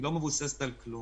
היא לא מבוססת על כלום,